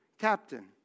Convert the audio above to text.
captain